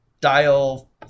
dial